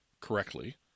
correctly